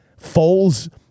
Foles